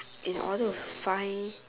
in order to find